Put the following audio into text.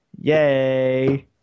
yay